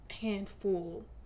handful